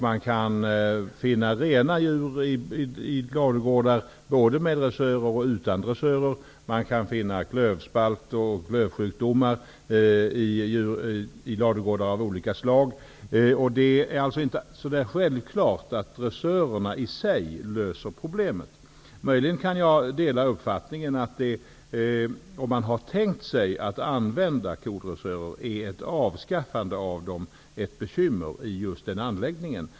Man kan finna rena djur såväl i ladugårdar med dressörer som i ladugårdar där sådana saknas. Vidare kan man finna klövspalt och klövsjukdomar i ladugårdar av olika slag. Det är alltså inte en självklarhet att dressörerna i sig löser problemen. Möjligen kan jag dela uppfattningen att om man har tänkt sig att använda kodressörer, så är ett avskaffande av dessa ett bekymmer i just den anläggningen.